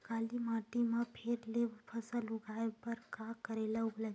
काली माटी म फेर ले फसल उगाए बर का करेला लगही?